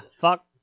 Fuck